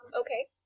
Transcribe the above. Okay